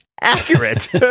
Accurate